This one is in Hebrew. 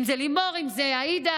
אם זה לימור, אם זה עאידה,